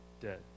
Dead